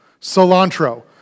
Cilantro